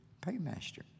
paymaster